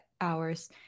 hours